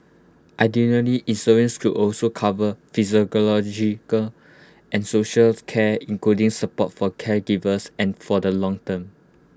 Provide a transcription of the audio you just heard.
insurance should also cover psychological and social of care including support for caregivers and for the long term